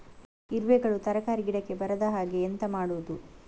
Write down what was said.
ಇರುವೆಗಳು ತರಕಾರಿ ಗಿಡಕ್ಕೆ ಬರದ ಹಾಗೆ ಎಂತ ಮಾಡುದು?